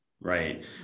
Right